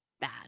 bad